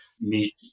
meet